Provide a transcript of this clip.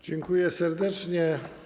Dziękuję serdecznie.